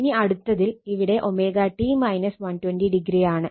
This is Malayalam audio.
ഇനി അടുത്തതിൽ ഇവിടെ t 120o ആണ്